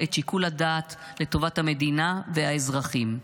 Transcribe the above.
את שיקול הדעת לטובת המדינה והאזרחים.